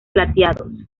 plateados